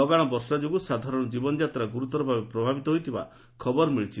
ଲଗାଶ ବର୍ଷା ଯୋଗୁଁ ସାଧାରଣ ଜୀବନଯାତ୍ରା ଗୁରୁତର ଭାବେ ପ୍ରଭାବିତ ହୋଇଥିବାର ଖବର ମିଳିଛି